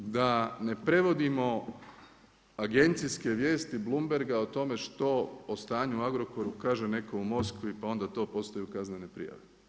Da ne prevodimo agencijske vijesti Bloomberga o tome što, o stanju u Agrokoru kaže netko u Moskvi pa onda to postanu kaznene prijave.